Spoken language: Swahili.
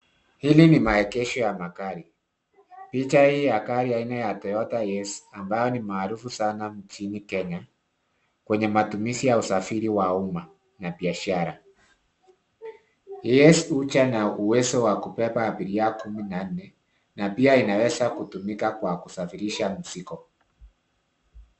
Hili ni maegesho ya magari. Picha hii ya gari aina ya Toyota HiAce ambayo ni maarufu sana mjini Kenya kwenye matumizi ya usafiri wa umma na biashara. HiAce huja na uwezo wa kubeba abiria kumi na nne na pia inaweza kutumika kwa kusafiri mzigo.